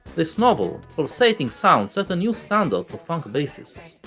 this novel, pulsating sound set a new standard for funk bassists,